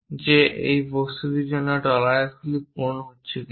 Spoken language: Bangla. যে এই বস্তুটির জন্য এই টলারেন্সগুলি পূরণ হয়েছে কিনা